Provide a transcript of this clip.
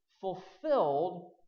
fulfilled